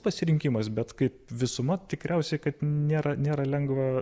pasirinkimas bet kaip visuma tikriausiai kad nėra nėra lengva